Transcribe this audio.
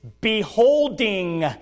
beholding